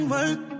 Work